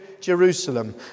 Jerusalem